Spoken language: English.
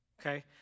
Okay